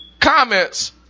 comments